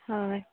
हय